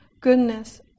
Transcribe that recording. goodness